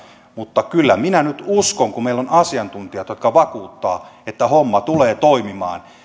mutta kyllä minä nyt uskon kun meillä on asiantuntijat jotka vakuuttavat että homma tulee toimimaan